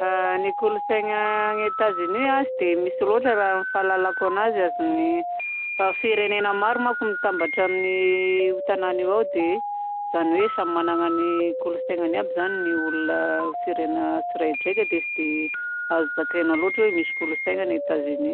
Ny kolontsaina any Etazonia tsy dia misy loatra raha ny fahalalako anazy. Azony firenena maro manko no mitambatra amin'io tanàna io ao. Dia zany hoe samy manana ny kolontsainany aby zany ny olona firenena tsiraidraika. Dia tsy azo zakaina loatra hoe misy kolontsaina any Etazonia.